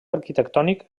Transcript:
arquitectònic